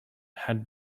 had